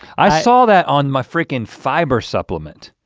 i saw that on my frickin fiber supplement.